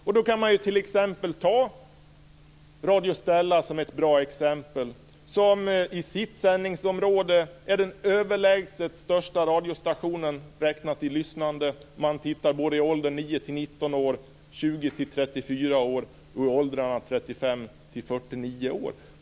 Som ett exempel kan nämnas Radio Stella som i sitt sändningsområde är den överlägset största radionstationen räknat i lyssnare i åldrarna 9-19 år, 20 34 år och 35-49 år.